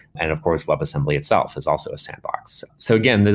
and of course, web assembly itself is also a sandbox. so again,